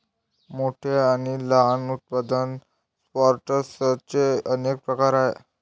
मोठ्या आणि लहान उत्पादन सॉर्टर्सचे अनेक प्रकार आहेत